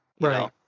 Right